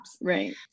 Right